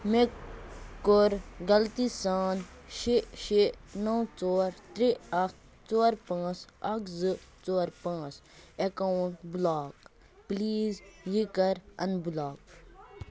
مےٚ کوٚر غلطی سان شےٚ شےٚ نَو ژور ترٛےٚ اَکھ ژور پانٛژھ اَکھ زٕ ژور پانٛژھ اٮ۪کاوُنٛٹ بٕلاک پٕلیٖز یہِ کَر اَن بٕلاک